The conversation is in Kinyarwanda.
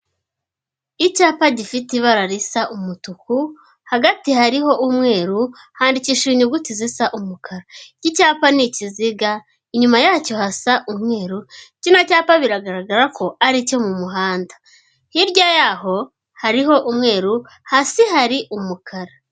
Icyapa gifite ibara risa umutuku, hagati hariho umweru, handikishije inyuguti zisa umukara. Icyapa ni ikiziga, inyuma yacyo hasa umweru, kino cyapa biragaragara ko ari icyo mu muhanda. Hirya yaho, hariho umweru, hasi hari umukara.